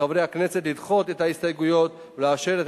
מחברי הכנסת לדחות את ההסתייגויות ולאשר את